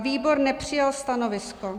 Výbor nepřijal stanovisko.